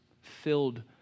filled